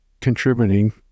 contributing